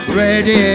ready